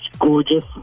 gorgeous